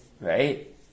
right